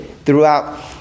throughout